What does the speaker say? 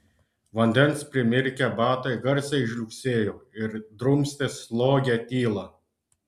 vandens primirkę batai garsiai žliugsėjo ir drumstė slogią tylą